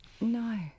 No